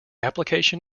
application